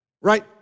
right